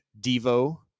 Devo